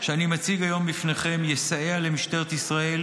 שאני מציג היום בפניכם יסייע למשטרת ישראל